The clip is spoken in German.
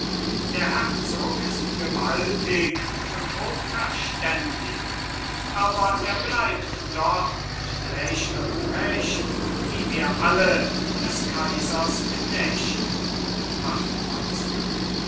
der herzog ist gewaltig und hochverständig aber er bleibt doch schlecht und recht wie wir alle des kaisers knecht wachtmeister